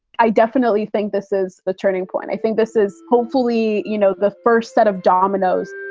i definitely think this is the turning point. i think this is hopefully, you know, the first set of dominos